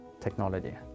technology